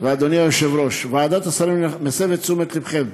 ואדוני היושב-ראש, אני מסב את תשומת לבכם: